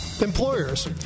Employers